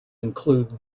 include